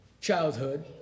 childhood